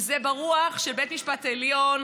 וזה ברוח של בית המשפט העליון,